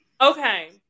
Okay